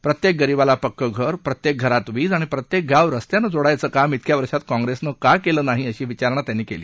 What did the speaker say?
प्रत्येक गरीबाला पक्कं घर प्रत्येक घरात वीज आणि प्रत्येक गाव रस्त्यानं जोडायचं काम विक्या वर्षात काँग्रेसनं का केलं नाही अशी विचारणा त्यांनी केली